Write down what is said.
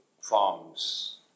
forms